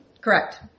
Correct